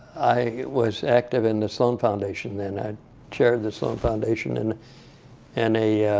i was active in the sloan foundation, and i'd chaired the sloan foundation. and and a